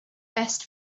best